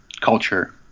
culture